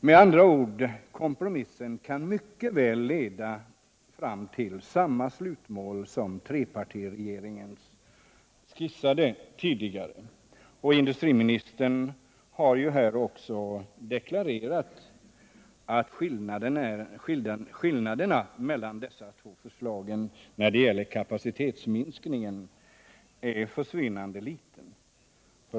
Med andra ord: kompromissen kan mycket väl leda fram till samma slutmål som trepartiregeringen skissade tidigare. Och industriministern har också deklarerat här att skillnaderna mellan dessa två förslag är försvinnande liten när det gäller kapacitetsminskningen.